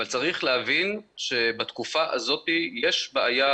אבל צריך להבין שבתקופה הזאת יש בעיה